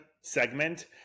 segment